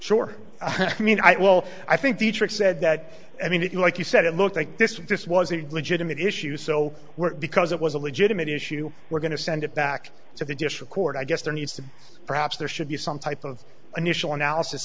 sure i mean i well i think the trick said that i mean it like you said it looked like this was a legitimate issue so we're because it was a legitimate issue we're going to send it back so they just record i guess there needs to be perhaps there should be some type of initial analysis